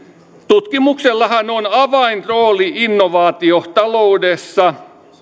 tutkimuksellahan on avainrooli innovaatiotaloudessa